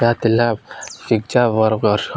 ତା' ଥିଲା pizza burger